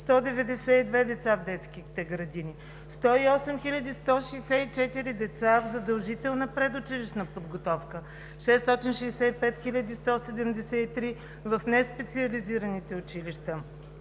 192 деца в детските градини, 108 164 деца в задължителна предучилищна подготовка, 665 173 в неспециализираните училища,